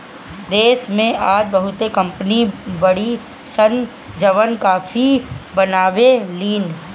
देश में आज बहुते कंपनी बाड़ी सन जवन काफी बनावे लीन